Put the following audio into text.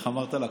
איך אמרת לה?